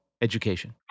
education